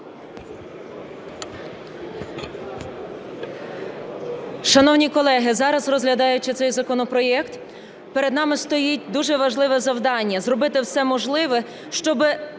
Шановні колеги! Зараз, розглядаючи цей законопроект, перед нами стоїть дуже важливе завдання: зробити все можливе, щоб